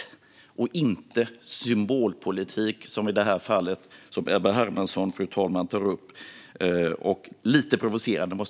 Vi ägnar oss inte åt symbolpolitik, som Ebba Hermansson gör när hon tar upp det här fallet.